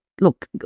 look